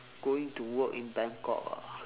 going to work in bangkok ah